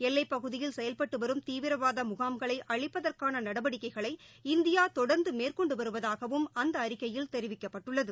எல்லைப்பகுதியில் செயல்பட்டு வரும் தீவிரவாத முகாம்களை அழிப்பதற்கான நடவடிககைகளை இந்தியா தொடர்ந்து மேற்கொண்டு வருவதாகவும் அந்த அறிக்கையில் தெரிவிக்கப்பட்டுள்ளது